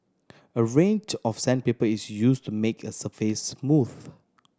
a range of sandpaper is use to make a surface smooth